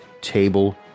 table